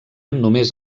només